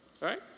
Right